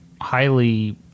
highly